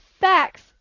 facts